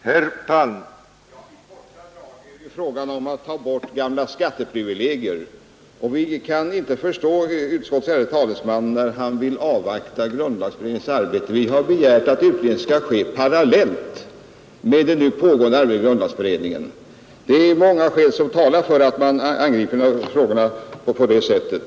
Herr talman! I korta drag är det fråga om att ta bort gamla skatteprivilegier, och vi kan inte förstå utskottets ärade talesman när han vill avvakta grundlagberedningens arbete. Vi har begärt att denna skatteutredning skall göras parallellt med det nu pågående arbetet i grundlagberedningen. Många skäl talar för att man borde angripa frågorna på det sättet.